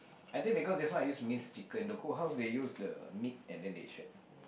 I think because this one I use minced chicken the cookhouse they use the meat and then they shred